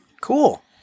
Cool